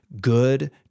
good